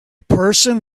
person